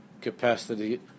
capacity